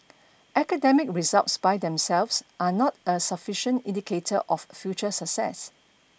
academic results by themselves are not a sufficient indicator of future success